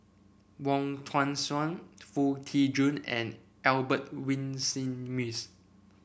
Wong Tuang Seng Foo Tee Jun and Albert Winsemius